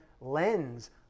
lens